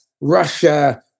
Russia